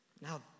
now